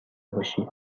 باشی